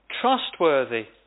trustworthy